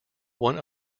one